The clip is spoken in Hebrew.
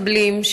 מחבלים,